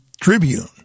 Tribune